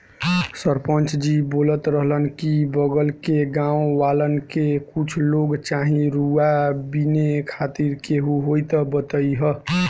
सरपंच जी बोलत रहलन की बगल के गाँव वालन के कुछ लोग चाही रुआ बिने खातिर केहू होइ त बतईह